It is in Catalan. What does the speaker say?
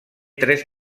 tres